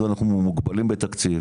אנחנו מוגבלים בתקציב,